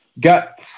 got